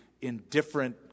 indifferent